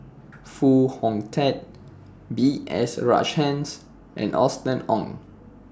Foo Hong Tatt B S Rajhans and Austen Ong